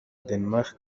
denmark